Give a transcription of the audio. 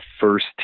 first